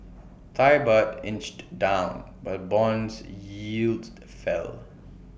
Thai Baht inched down while bonds yields fell